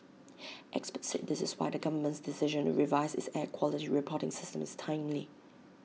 experts said this is why the government's decision to revise its air quality reporting system is timely